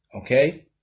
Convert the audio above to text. okay